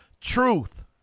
truth